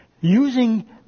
using